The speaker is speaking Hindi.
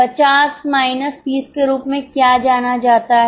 50 माइनस 30 के रूप में क्या जाना जाता है